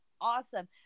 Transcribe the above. awesome